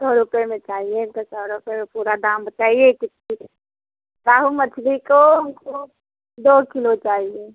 सौ रुपये में चाहिए तो सौ रुपये में पूरा दाम बताइए कुछ रोहू मछली को हमको दो किलो चाहिए